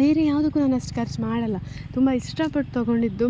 ಬೇರೆ ಯಾವುದಕ್ಕೂ ನಾನಷ್ಟು ಖರ್ಚು ಮಾಡಲ್ಲ ತುಂಬ ಇಷ್ಟಪಟ್ಟು ತೊಗೊಂಡಿದ್ದು